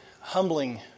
humbling